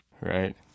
right